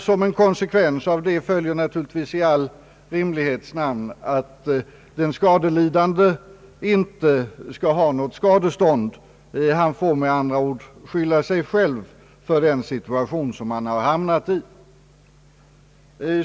Som en konsekvens av det följer naturligtvis i all rimlighets namn att den skadelidande inte skall ha något skadestånd. Han får med andra ord skylla sig själv för den situation han har hamnat i.